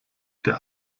der